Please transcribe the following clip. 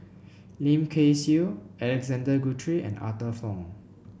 Lim Kay Siu Alexander Guthrie and Arthur Fong